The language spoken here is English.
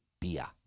Bia